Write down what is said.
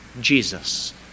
Jesus